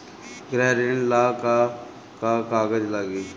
गृह ऋण ला का का कागज लागी?